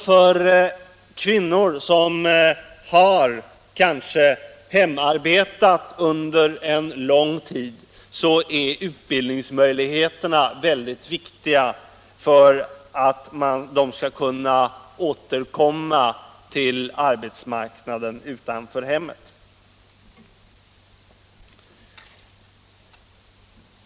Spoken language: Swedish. För kvinnor som kanske har hemarbetat under en lång tid är utbildningsmöjligheterna väldigt viktiga för att de skall kunna återkomma till arbetsmarknaden utanför hemmet.